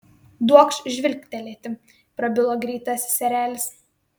duokš žvilgtelėti prabilo greitasis erelis